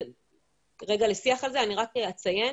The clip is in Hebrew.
אני רק אציין